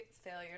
failure